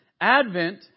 Advent